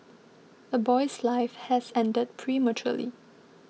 a boy's life has ended prematurely